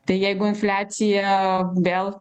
tai jeigu infliacija vėl